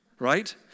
Right